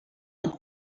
and